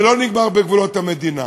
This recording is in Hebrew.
ולא נגמר בגבולות המדינה,